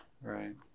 Right